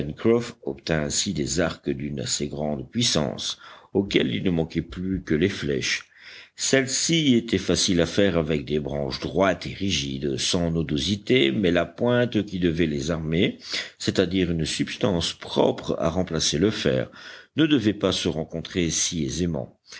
obtint ainsi des arcs d'une assez grande puissance auxquels il ne manquait plus que les flèches celles-ci étaient faciles à faire avec des branches droites et rigides sans nodosités mais la pointe qui devait les armer c'est-à-dire une substance propre à remplacer le fer ne devait pas se rencontrer si aisément